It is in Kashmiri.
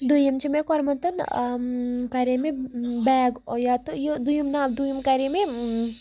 دوٚیِم چھِ مےٚ کوٚرمُت کَرے مےٚ بیگ یا تہٕ یہِ دوٚیِم نہ دوٚیِم کَرے مےٚ